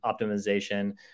optimization